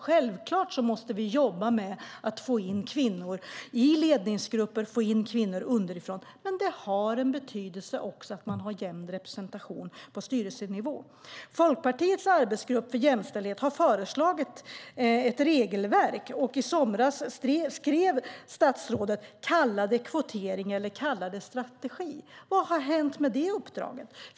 Självklart måste vi få in kvinnor i ledningsgrupper underifrån, men det har en betydelse att det finns en jämn representation på styrelsenivå. Folkpartiets arbetsgrupp för jämställdhet har föreslagit ett regelverk. I somras skrev statsrådet: Kalla det kvotering eller kalla det strategi. Vad har hänt med det uppdraget?